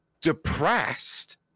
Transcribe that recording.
Depressed